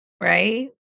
Right